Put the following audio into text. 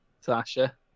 Sasha